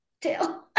tail